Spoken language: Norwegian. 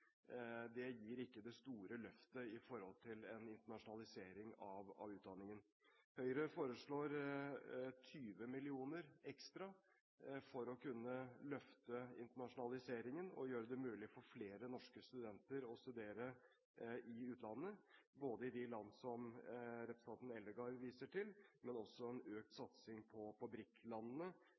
Det gir ikke det store løftet med tanke på internasjonalisering av utdanningen. Høyre foreslår 20 mill. kr ekstra for å kunne løfte internasjonaliseringen og gjøre det mulig for flere norske studenter å studere i utlandet, både i de land som representanten Eldegard viste til, og også